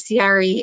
CRE